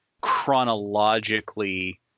chronologically